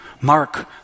Mark